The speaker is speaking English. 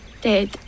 dead